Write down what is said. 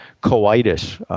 coitus